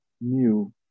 new